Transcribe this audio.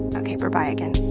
and okay, berbye again.